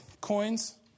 coins